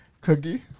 Cookie